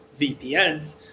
VPNs